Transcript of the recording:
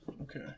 Okay